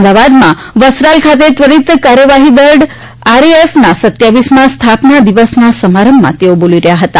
અમદાવાદમાં વસ્ત્રાલ ખાતે ત્વરીત કાર્યવાહી દળ આરએએફ ના રહમા સ્થાપના દિવસના સમારંભમાં તેઓ બોલી રહયાં હતા